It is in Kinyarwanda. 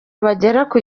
baharurwa